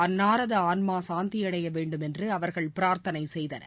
அன்னாரது ஆன்மா சாந்தியடைய வேண்டும் என்று அவர்கள் பிரார்த்தனை செய்தனர்